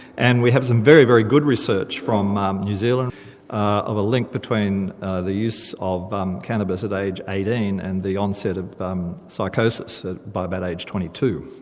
and we have some very, very good research from um new zealand and a link between the use of um cannabis at age eighteen, and the onset of um psychosis ah by about age twenty two.